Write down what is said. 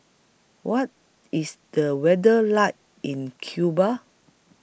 What IS The weather like in Cuba